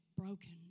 broken